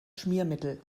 schmiermittel